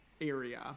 area